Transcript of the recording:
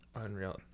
unreal